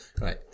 Right